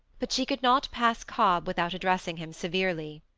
but she could not pass cobb without addressing him severely.